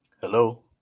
Hello